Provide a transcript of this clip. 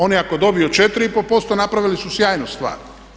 Oni ako dobiju 4,5% napravili su sjajnu stvar.